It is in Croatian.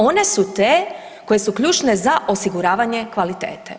One su te koje su ključne za osiguravanje kvalitete.